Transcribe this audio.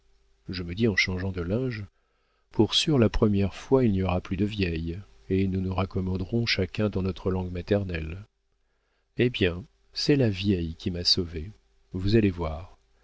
je me dis en changeant de linge pour sûr la première fois il n'y aura plus de vieille et nous nous raccommoderons chacun dans notre langue maternelle eh bien c'est la vieille qui m'a sauvé vous allez voir